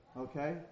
okay